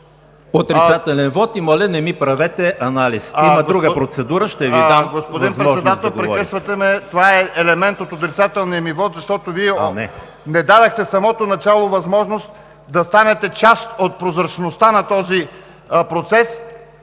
Отрицателен вот и моля, не ми правете анализ! В друга процедура ще Ви дам възможност да говорите.